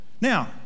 Now